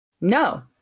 No